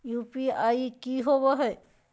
UPI की होवे है?